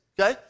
Okay